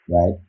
right